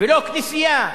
ולא כנסייה,